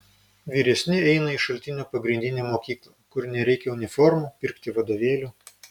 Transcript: vyresni eina į šaltinio pagrindinę mokyklą kur nereikia uniformų pirkti vadovėlių